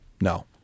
No